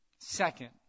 Second